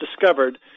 discovered